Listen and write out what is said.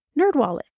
NerdWallet